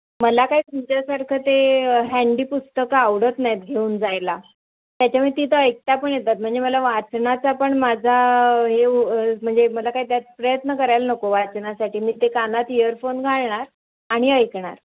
मला काय तुमच्यासारखं ते अ हँडी पुस्तकं आवडत नाहीत घेऊन जायला त्याच्यामुळं तिथं ऐकता पण येतात म्हणजे मला वाचनाचा पण माझा हे उ म्हणजे मला काही त्यात प्रयत्न करायला नको वाचनासाठी मी ते कानात इयरफोन घालणार आणि ऐकणार